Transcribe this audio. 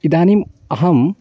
इदानीम् अहं